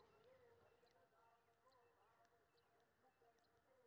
UPI के सेवा केना मिलत?